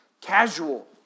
casual